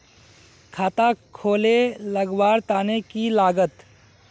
खाता खोले लगवार तने की लागत?